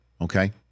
okay